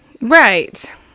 Right